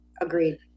Agreed